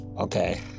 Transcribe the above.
Okay